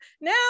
Now